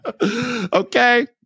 Okay